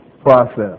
process